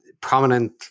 prominent